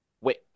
wait